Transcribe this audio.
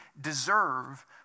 deserve